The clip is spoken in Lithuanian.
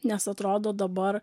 nes atrodo dabar